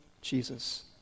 Jesus